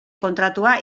kontratua